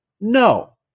No